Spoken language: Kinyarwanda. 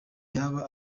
yaba